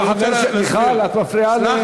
מיכל, את מפריעה לחבר